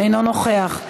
אינו נוכח,